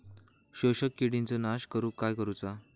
शोषक किडींचो नाश करूक काय करुचा?